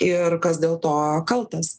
ir kas dėl to kaltas